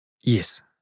Yes